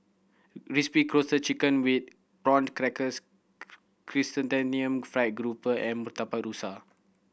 Crispy Roasted Chicken with Prawn Crackers Chrysanthemum Fried Grouper and Murtabak Rusa